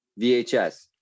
VHS